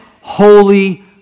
holy